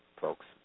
folks